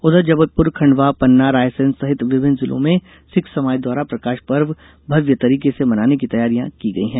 उधर जबलपुर खंडवा पन्ना रायसेन सहित विभिन्न जिलों में सिख समाज द्वारा प्रकाश पर्व भव्य तरीके से मनाने की तैयारियों की गई है